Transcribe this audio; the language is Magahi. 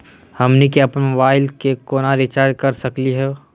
हमनी के अपन मोबाइल के केना रिचार्ज कर सकली हे?